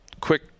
quick